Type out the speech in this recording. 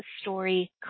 Story